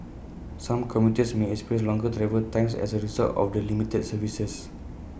some commuters may experience longer travel times as A result of the limited services